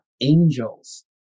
angels